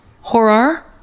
Horror